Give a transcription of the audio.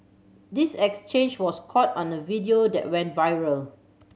this exchange was caught on a video that went viral